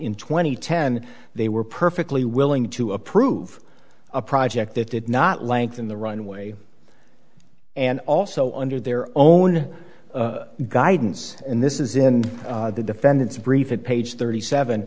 in twenty ten they were perfectly willing to approve a project that did not lengthen the runway and also under their own guidance and this is in the defendant's brief it page thirty seven